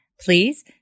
Please